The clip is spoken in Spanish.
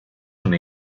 una